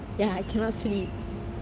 ya I cannot sleep